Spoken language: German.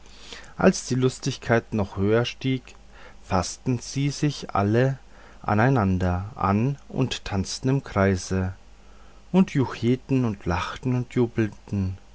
als die lustigkeit noch höher stieg faßten sie sich alle einander an und tanzten im kreise und jucheten und lachten und jubelten